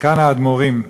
זקן האדמו"רים,